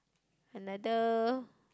another